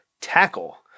tackle